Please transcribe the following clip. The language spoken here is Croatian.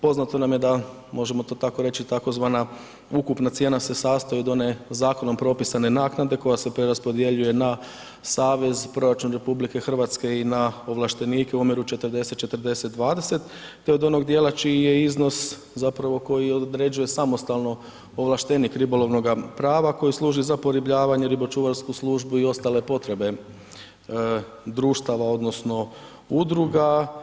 Poznato nam je da, možemo to tako reći, tzv. ukupna cijena se sastoji od one zakonom propisane naknade koja se preraspodjeljuje na savez, proračun RH i na ovlaštenike u omjeru 40:40:20 te od onog dijela čiji je iznos, zapravo koji određuje samostalno ovlaštenik ribolovnog prava koji služi za poribljavanje, ribočuvarsku službu i ostale potrebe društava odnosno udruga.